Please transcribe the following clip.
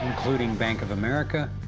including bank of america,